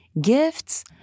gifts